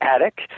attic